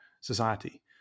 society